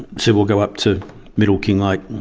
said we'll go up to middle kinglake,